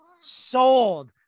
sold